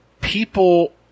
people